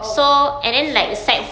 oh so there's